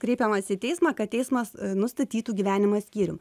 kreipiamasi į teismą kad teismas nustatytų gyvenimą skyrium